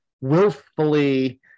willfully